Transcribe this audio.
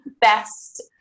best